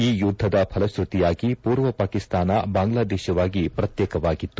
ಈ ಯುದ್ಧದ ಫಲಕೃತಿಯಾಗಿ ಪೂರ್ವ ಪಾಕಿಸ್ತಾನ ಬಾಂಗ್ಲಾದೇಶವಾಗಿ ಪ್ರತ್ಯೇಕವಾಗಿತ್ತು